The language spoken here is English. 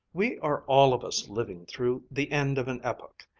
we are all of us living through the end of an epoch,